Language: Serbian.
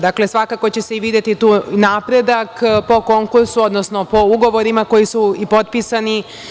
Dakle, svakako će se videti tu napredak po konkursu, odnosno po ugovorima koji su i potpisani.